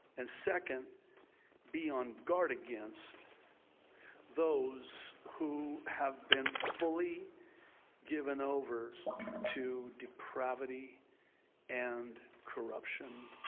and second be on guard against those who have been fully given over to depravity and corruption.